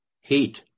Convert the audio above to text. heat